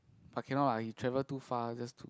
but cannot lah he travel too far just to